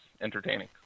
entertaining